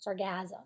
Sargasm